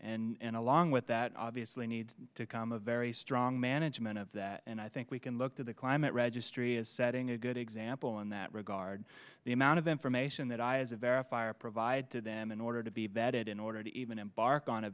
verification and along with that obviously needs to calm a very strong management of that and i think we can look to the climate registry is setting a good example in that regard the amount of information that i as a verifier provide to them in order to be vetted in order to even embark on a